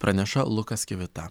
praneša lukas kivita